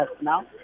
now